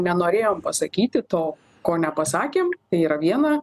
nenorėjom pasakyti to ko nepasakėm yra viena